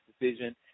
decision